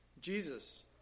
Jesus